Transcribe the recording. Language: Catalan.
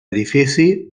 edifici